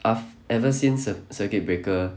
af~ ever since ci~ circuit breaker